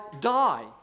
die